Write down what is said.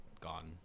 gone